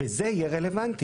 זה יהיה רלוונטי,